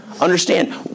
Understand